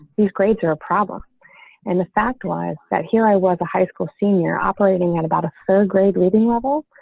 these grades are a problem and the fact was that here i was a high school senior operating at about a third grade reading level.